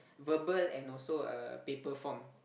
verbal and also a paper form